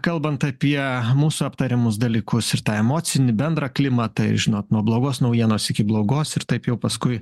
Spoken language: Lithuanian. kalbant apie mūsų aptariamus dalykus ir tą emocinį bendrą klimatą žinot nuo blogos naujienos iki blogos ir taip jau paskui